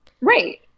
Right